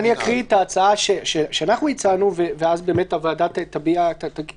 אני אקריא את ההצעה שאנחנו הצענו ואז באמת הוועדה תתייחס